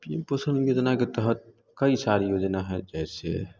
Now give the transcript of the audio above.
पोषन योजना के तहत कई सारी योजनाएं हैं जैसे